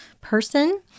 person